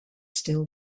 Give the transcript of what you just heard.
still